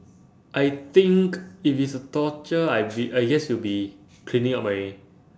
I think if it's a torture I be I guess will be cleaning up my